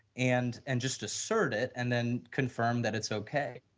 and and, just assert it and then confirm that it's okay.